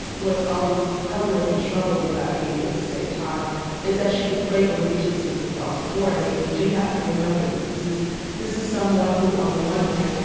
what's always puzzling and troubling about aimee at the same time is that she could play allegiances across the board. i mean, you do have to remember that this is this is someone who, on the one hand,